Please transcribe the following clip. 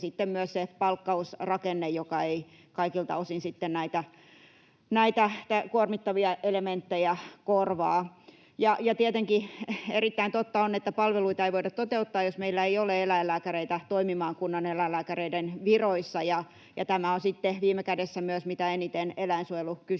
ja sitten myös se palkkausrakenne, joka ei kaikilta osin näitä kuormittavia elementtejä korvaa. Ja tietenkin erittäin totta on, että palveluita ei voida toteuttaa, jos meillä ei ole eläinlääkäreitä toimimaan kunnaneläinlääkäreiden viroissa, ja tämä on sitten viime kädessä myös mitä eniten eläinsuojelukysymys,